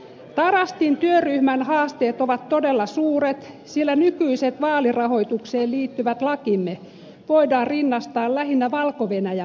tarastin työryhmän haasteet ovat todella suuret sillä nykyiset vaalirahoitukseen liittyvät lakimme voidaan rinnastaa lähinnä valko venäjän vastaaviin